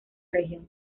región